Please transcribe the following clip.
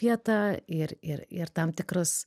vietą ir ir ir tam tikrus